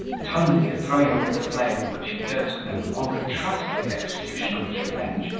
tunley, throwing away the flail, which he durst no longer trust with the execution of his revenge,